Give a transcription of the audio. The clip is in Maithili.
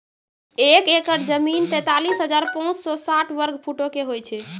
एक एकड़ जमीन, तैंतालीस हजार पांच सौ साठ वर्ग फुटो के होय छै